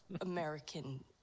American